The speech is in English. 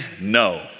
No